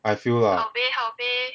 I feel lah